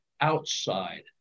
outside